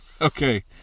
Okay